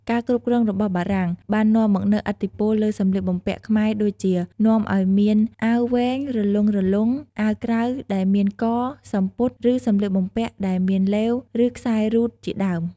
ការគ្រប់គ្រងរបស់បារំាងបាននាំមកនូវឥទ្ធិពលលើសម្លៀកបំពាក់ខ្មែរដូចជា នាំឱ្យមានអាវវែងរលុងៗ អាវក្រៅដែលមានក សំពត់ ឬសម្លៀកបំពាក់ដែលមានឡេវ ឬ ខ្សែរ៉ូតជាដើម។